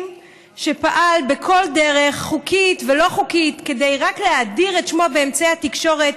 שפעל בכל דרך חוקית ולא חוקית רק כדי להאדיר את שמו באמצעי התקשורת,